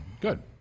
Good